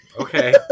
Okay